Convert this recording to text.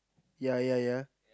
ya ya ya